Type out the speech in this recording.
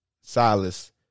Silas